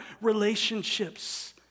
relationships